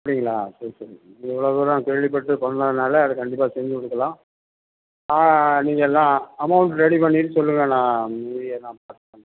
அப்படிங்களா சரி சரி இவ்வளோ தூரம் கேள்விப்பட்டு அது பண்ணிணானாலே அது கண்டிப்பாக செஞ்சு கொடுக்கலாம் நீங்கெல்லாம் அமௌண்ட் ரெடி பண்ணிவிட்டு சொல்லுங்க நான் மீதியை நான் பார்த்து பண்